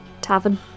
Tavern